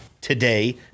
today